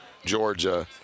georgia